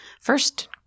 first